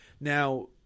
Now